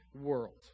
world